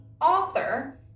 author